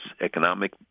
economic